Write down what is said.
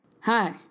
hi